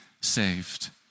saved